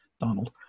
Donald